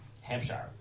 Hampshire